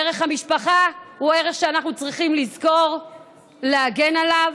ערך המשפחה הוא ערך שאנחנו צריכים לזכור להגן עליו,